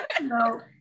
No